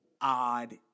odd